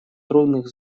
трудных